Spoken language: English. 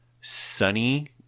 sunny